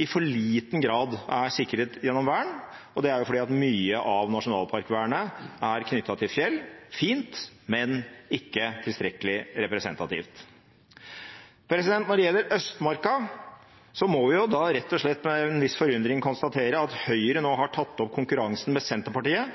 i for liten grad er sikret gjennom vern, og det er fordi mye av nasjonalparkvernet er knyttet til fjell – fint, men ikke tilstrekkelig representativt. Når det gjelder Østmarka, må vi rett og slett med en viss forundring konstatere at Høyre nå har tatt opp konkurransen med Senterpartiet